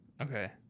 Okay